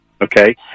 Okay